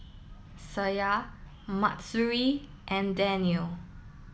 Syah Mahsuri and Danial